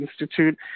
Institute